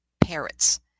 parrots